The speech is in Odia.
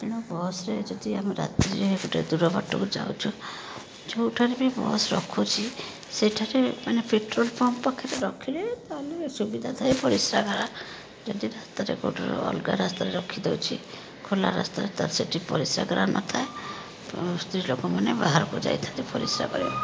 ତେଣୁ ବସ୍ରେ ଯଦି ଆମେ ରାତ୍ରିରେ ଗୋଟେ ଦୂରବାଟକୁ ଯାଉଛୁ ଯୋଉଠାରେ ବି ବସ୍ ରଖୁଛି ସେଇଠାରେ ମାନେ ପେଟ୍ରୋଲ୍ ପମ୍ପ ପାଖରେ ରଖିଲେ ତାହାଲେ ସୁବିଧା ଥାଏ ପରିସ୍ରାଗାର ଯଦି ତା ରାସ୍ତାରେ କୋଉଠି ଅଲଗା ରାସ୍ତାରେ ରଖି ଦେଉଛି ଖୋଲା ରାସ୍ତାରେ ତ ସେଠି ପରିସ୍ରାଗାର ନଥାଏ ସ୍ତ୍ରୀ ଲୋକମାନେ ବାହାରକୁ ଯାଇଥାନ୍ତି ପରିସ୍ରା କରିବାକୁ